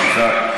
סליחה.